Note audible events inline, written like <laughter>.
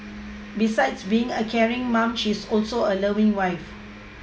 <noise> besides being a caring mom she is also a loving wife